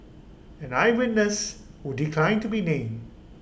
an eye witness who declined to be named